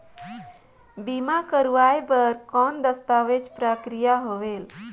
बीमा करवाय बार कौन दस्तावेज प्रक्रिया होएल?